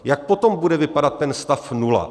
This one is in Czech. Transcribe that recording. Jak potom bude vypadat ten stav nula?